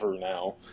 now